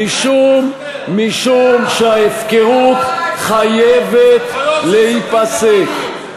שכל פקיד של המינהל, משום שההפקרות חייבת להיפסק.